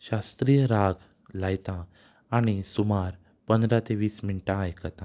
शास्त्रीय राग लायतां आनी सुमार पंदरा ते वीस मिनटां आयकतां